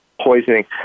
poisoning